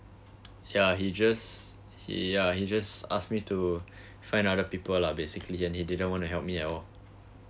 ya he just he uh just ask me to find other people lah basically and he didn't want to help me at all